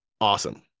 awesome